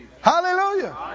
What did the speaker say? Hallelujah